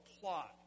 plot